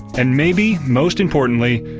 and maybe most importantly,